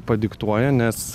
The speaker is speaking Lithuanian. padiktuoja nes